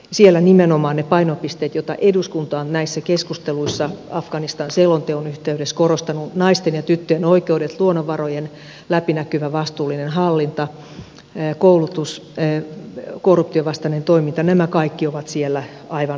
siellä nimenomaan ne painopisteet joita eduskunta on näissä keskusteluissa afganistan selonteon yhteydessä korostanut naisten ja tyttöjen oikeudet luonnonvarojen läpinäkyvä vastuullinen hallinta koulutus korruptionvastainen toiminta nämä kaikki ovat siellä aivan keskeisiä